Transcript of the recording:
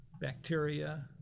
Bacteria